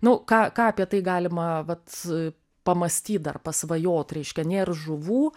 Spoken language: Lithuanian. nu ką ką apie tai galima vat pamąstyt dar pasvajot reiškia nėr žuvų